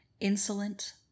insolent